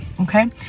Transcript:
Okay